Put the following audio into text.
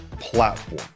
platform